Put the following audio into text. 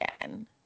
again